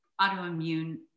autoimmune